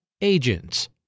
Agents